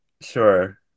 Sure